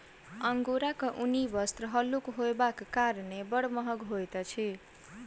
अंगोराक ऊनी वस्त्र हल्लुक होयबाक कारणेँ बड़ महग होइत अछि